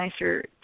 nicer